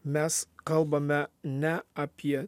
mes kalbame ne apie